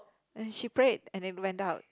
and she prayed and then went out